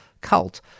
cult